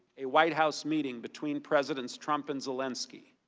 a white house meeting between president trump and zelensky.